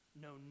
no